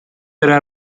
era